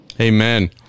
Amen